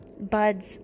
buds